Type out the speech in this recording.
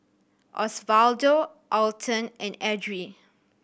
Osvaldo Alton and Edrie